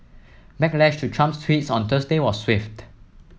backlash to Trump's tweets on Thursday was swift